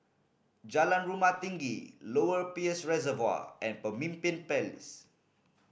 Jalan Rumah Tinggi Lower Peirce Reservoir and Pemimpin Place